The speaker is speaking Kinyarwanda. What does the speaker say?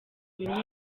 bimwe